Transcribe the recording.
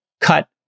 Cut